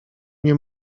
nie